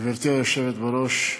גברתי היושבת-ראש,